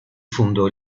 fundó